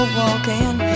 walking